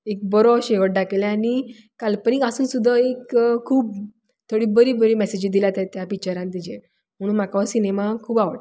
एक बरो शेवट दाखयलां आनी काल्पनीक आसून सुद्दां एक खूब थोडें बरें बरें मेसिजी दिल्या त्या पिक्चरान ताजे म्हणून म्हाका हो सिनेमा खूब आवडटा